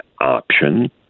option